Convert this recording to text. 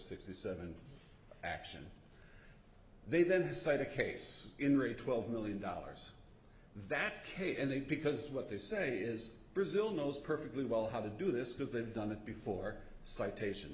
sixty seven action they then decide a case in re twelve million dollars that they and they because what they say is brazil knows perfectly well how to do this because they've done it before citation